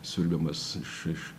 siurbiamas iš iš